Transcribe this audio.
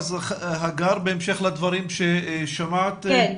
הגר, בהמשך לדברים ששמעת בבקשה.